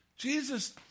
Jesus